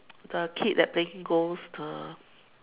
the kid that playing ghost the